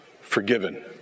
forgiven